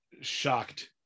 shocked